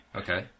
okay